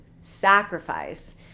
sacrifice